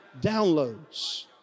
downloads